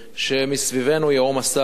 שמסביבנו ייהום הסער,